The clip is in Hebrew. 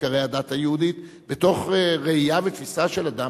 עיקרי הדת היהודית מתוך ראייה ותפיסה של אדם